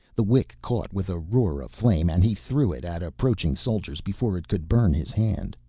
the wick caught with a roar of flame and he threw it at approaching soldiers before it could burn his hand.